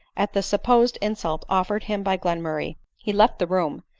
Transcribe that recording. at the supposed insult offered him by glenmurray, he left the room,